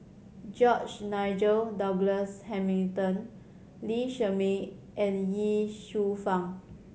George Nigel Douglas Hamilton Lee Shermay and Ye Shufang